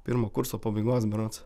pirmo kurso pabaigos berods